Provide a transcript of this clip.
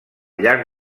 llarg